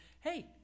hey